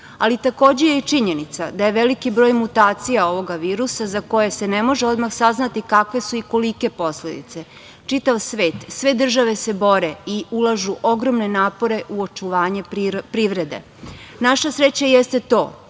ali je takođe i činjenica da je veliki broj mutacija ovog virusa za koje se ne može odmah saznati kakve su i kolike posledice. Čitav svet, sve države se bore i ulažu ogromne napore u očuvanje privrede. Naša sreća jeste to